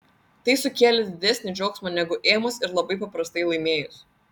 tai sukėlė didesnį džiaugsmą negu ėmus ir labai paprastai laimėjus